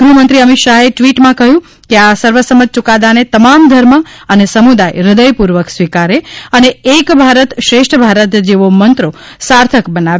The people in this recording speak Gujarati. ગૃહમંત્રી અમિત શાહે ટ્વીટમાં કહ્યું છે કે આ સર્વસંમત ચૂકાદાને તમામ ધર્મ અને સમુદાય હૃદયપૂર્વક સ્વીકારે અને એક ભારત શ્રેષ્ઠ ભારત જેવો મંત્રો સાર્થક બનાવે